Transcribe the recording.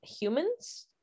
humans